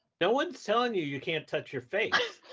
no one's telling you you can't touch your face.